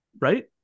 right